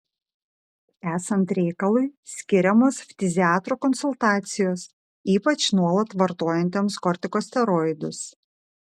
esant reikalui skiriamos ftiziatro konsultacijos ypač nuolat vartojantiems kortikosteroidus